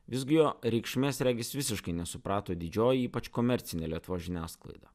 visgi jo reikšmės regis visiškai nesuprato didžioji ypač komercinė lietuvos žiniasklaida